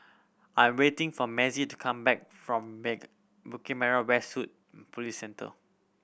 I am waiting for Mazie to come back from Bukit Merah West Police Centre